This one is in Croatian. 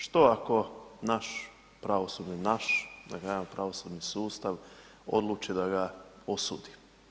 Što ako naš pravosudni, naš da pravosudni sustav odluči da ga osudi?